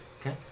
Okay